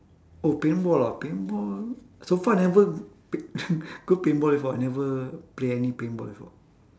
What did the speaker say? oh paintball ah paintball so far never p~ go paintball before I never play any paintball before